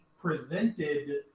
presented